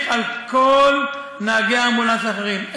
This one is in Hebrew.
מה עם האו"ם?